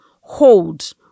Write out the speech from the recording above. hold